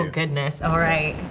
ah goodness, all right.